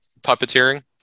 puppeteering